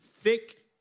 thick